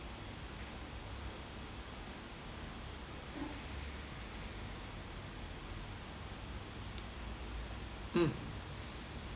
mm